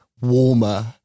warmer